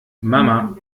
mama